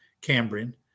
Cambrian